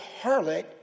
harlot